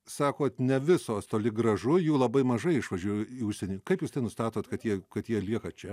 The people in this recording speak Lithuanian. sakot ne visos toli gražu jų labai mažai išvažiuoja į užsienį kaip jūs tai nustatot kad jie kad jie lieka čia